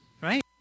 right